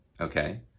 okay